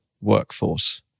workforce